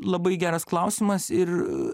labai geras klausimas ir